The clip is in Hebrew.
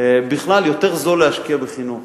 בכלל, יותר זול להשקיע בחינוך.